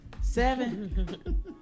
Seven